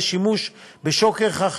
ושימוש בשוקר חשמלי,